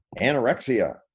anorexia